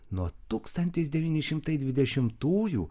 nuo tūkstantis devyni šimtai dvidešimtųjų